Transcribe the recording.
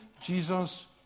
Jesus